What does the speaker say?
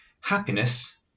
Happiness